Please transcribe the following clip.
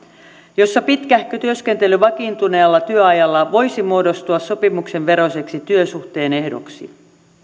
jossa pitkähkö työskentely vakiintuneella työajalla voisi muodostua sopimuksen veroiseksi työsuhteen ehdoksi